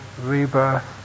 rebirth